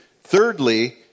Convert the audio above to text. Thirdly